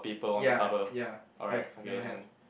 ya ya have that one have